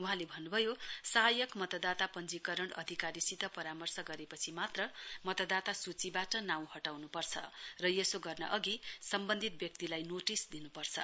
बहाँले भन्नुभयो सहायक मतदान पश्चीकरण अधिकारीसित परामर्श गरेपछि मात्र मतदाता सूचीबाट नाउँ हटाउनुपर्छ र यसो सम्बन्धित व्यक्तिलाई नोटिस दिनुपर्छ